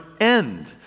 end